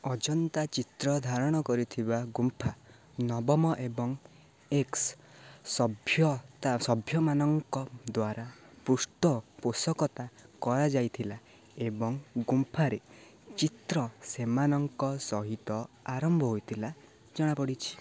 ଅଜନ୍ତା ଚିତ୍ର ଧାରଣ କରିଥିବା ଗୁମ୍ଫା ନବମ ଏବଂ ଏକ୍ସ ସଭ୍ୟତା ସଭ୍ୟମାନଙ୍କ ଦ୍ୱାରା ପୃଷ୍ଠପୋଷକତା କରାଯାଇଥିଲା ଏବଂ ଗୁମ୍ଫାରେ ଚିତ୍ର ସେମାନଙ୍କ ସହିତ ଆରମ୍ଭ ହୋଇଥିଲା ଜଣା ପଡ଼ିଛି